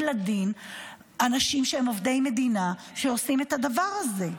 לדין אנשים שהם עובדי מדינה ועושים את הדבר הזה.